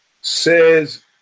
says